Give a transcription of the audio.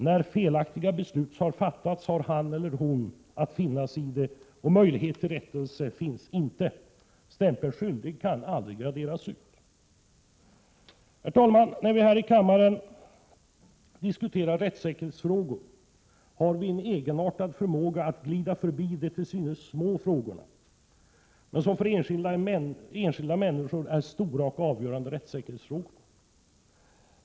När felaktiga beslut har fattats har den enskilde att finna sig i det, och möjlighet till rättelse föreligger inte. Stämpeln skyldig kan aldrig raderas ut. Herr talman! När vi här i kammaren diskuterar rättssäkerhetsfrågor har vi en egenartad förmåga att glida förbi de frågor som till synes är små men som för enskilda människor är stora och avgörande rättssäkerhetsfrågor.